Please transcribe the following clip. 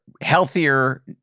healthier